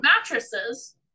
mattresses